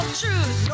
truth